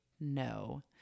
no